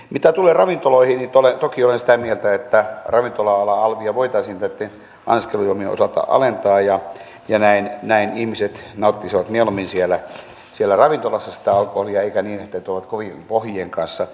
mitä tulee ravintoloihin niin toki olen sitä mieltä että ravintola alan alvia voitaisiin näitten anniskelujuomien osalta alentaa ja näin ihmiset nauttisivat mieluummin siellä ravintolassa sitä alkoholia eivätkä niin että tulevat kovien pohjien kanssa valmiiksi sinne